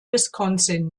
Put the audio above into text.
wisconsin